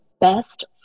best